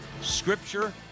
Scripture